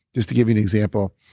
just to give you an example,